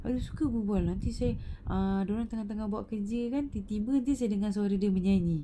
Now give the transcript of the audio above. dia suka berbual nanti saya err dia orang tengah buat kerja kan tiba-tiba saya dengar suara dia menyanyi